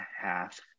half